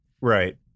Right